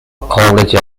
college